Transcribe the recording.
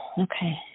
okay